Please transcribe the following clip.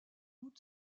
août